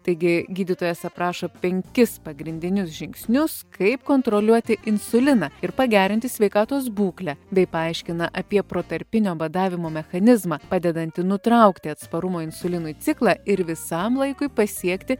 taigi gydytojas aprašo penkis pagrindinius žingsnius kaip kontroliuoti insuliną ir pagerinti sveikatos būklę bei paaiškina apie protarpinio badavimo mechanizmą padedantį nutraukti atsparumo insulinui ciklą ir visam laikui pasiekti